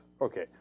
Okay